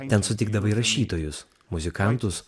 ten sutikdavai rašytojus muzikantus